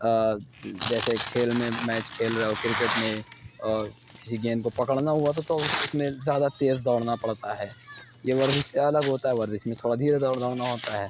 جیسے کھیل میں میچ کھیل رہے ہو کرکٹ میں اور کسی گیند کو پکڑنا ہوا تو تو اس میں زیادہ تیز دوڑنا پڑتا ہے یہ ورزش سے الگ ہوتا ہے ورزش میں تھوڑا دھیرے دوڑنا ووڑنا ہوتا ہے